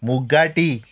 मुगाटी